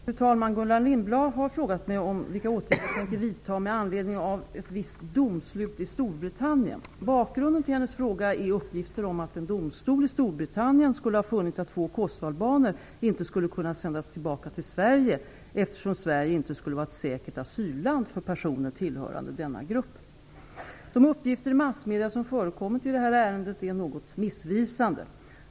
Fru talman! Gullan Lindblad har frågat mig vilka åtgärder jag tänker vidta med anledning av ett visst domslut i Storbritannien. Bakgrunden till hennes fråga är uppgifter om att en domstol i Storbritannien skulle ha funnit att två kosovoalbaner inte skulle kunna sändas tillbaka till Sverige eftersom Sverige inte skulle vara ett säkert asylland för personer tillhörande denna grupp. De uppgifter i massmedia som förekommit i detta ärende är något missvisande.